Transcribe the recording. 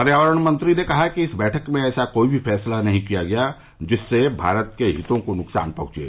पर्यावरण मंत्री ने कहा कि इस बैठक में ऐसा कोई भी फैसला नहीं किया गया जिससे भारत के हितों को नुकसान पहंचे